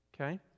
okay